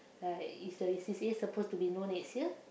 like is the is C_C_A supposed to be known next year